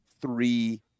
three